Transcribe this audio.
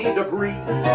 degrees